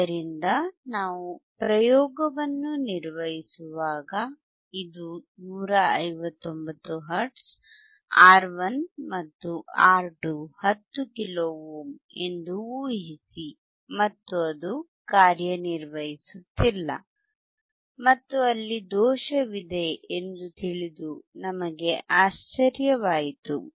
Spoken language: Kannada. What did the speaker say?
ಆದ್ದರಿಂದ ನಾವು ಪ್ರಯೋಗವನ್ನು ನಿರ್ವಹಿಸುವಾಗ ಇದು 159 ಹರ್ಟ್ಜ್ R1 ಮತ್ತು R2 10 ಕಿಲೋ ಓಮ್ ಎಂದು ಊಹಿಸಿ ಮತ್ತು ಅದು ಕಾರ್ಯನಿರ್ವಹಿಸುತ್ತಿಲ್ಲ ಮತ್ತು ಅಲ್ಲಿ ದೋಷವಿದೆ ಎಂದು ತಿಳಿದು ನಮಗೆ ಆಶ್ಚರ್ಯವಾಯಿತು